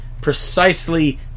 precisely